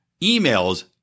emails